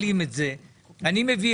יש הצעה לסדר, ולדימיר,